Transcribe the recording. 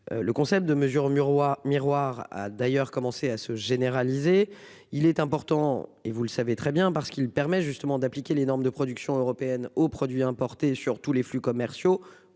Le concept de mesures au mur miroir a d'ailleurs commencé à se généraliser. Il est important et vous le savez très bien, parce qu'il permet justement d'appliquer les normes de production européenne aux produits importés sur tous les flux commerciaux